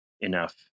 enough